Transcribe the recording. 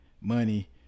money